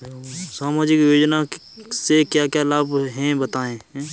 सामाजिक योजना से क्या क्या लाभ हैं बताएँ?